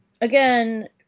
again